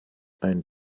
ein